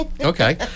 Okay